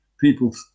people